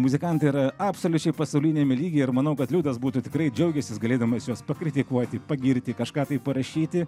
muzikantai yra absoliučiai pasauliniame lygyje ir manau kad liudas būtų tikrai džiaugęsis galėdamas juos pakritikuoti pagirti kažką tai parašyti